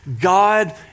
God